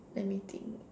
let me think